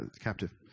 captive